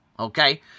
Okay